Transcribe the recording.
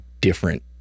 different